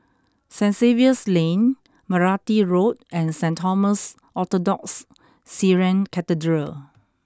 Saint Xavier's Lane Meranti Road and Saint Thomas Orthodox Syrian Cathedral